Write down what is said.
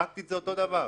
פרקטית זה אותו דבר.